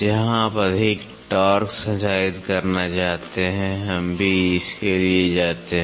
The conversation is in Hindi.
जहाँ आप अधिक टॉर्क संचारित करना चाहते हैं हम भी इसके लिए जाते हैं